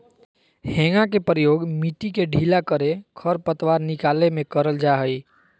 हेंगा के प्रयोग मिट्टी के ढीला करे, खरपतवार निकाले में करल जा हइ